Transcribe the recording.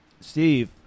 Steve